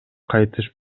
кайтыш